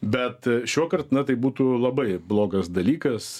bet šiuokart na tai būtų labai blogas dalykas